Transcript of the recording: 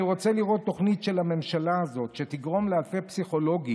אני רוצה לראות תוכנית של הממשלה הזאת לאלפי פסיכולוגים